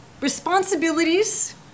Responsibilities